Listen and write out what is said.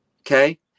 Okay